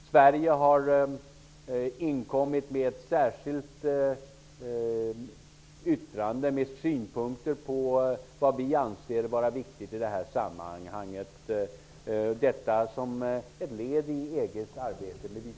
Sverige har lämnat in ett särskilt yttrande om vad vi anser vara viktigt i det här sammanhanget, detta som ett led i EG:s arbete med vitboken.